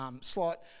slot